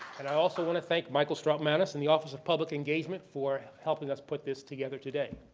and i also want to thank michael strautmanis and the office of public engagement for helping us put this together today.